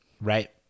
right